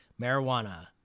marijuana